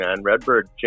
Redbird